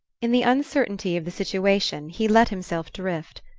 in the uncertainty of the situation he let himself drift,